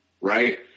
right